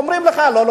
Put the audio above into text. אומרים לך: לא,